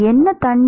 என்ன தண்டு